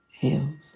heals